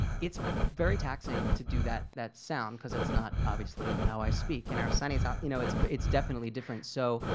it's very taxing to do that that sound because it's not obviously how i speak in our sonny's all, ah you know it's it's definitely different. so,